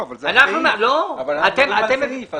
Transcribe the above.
אבל זה הסעיף.